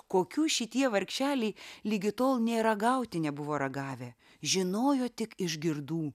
kokių šitie vargšeliai ligi tol nė ragauti nebuvo ragavę žinojo tik iš girdų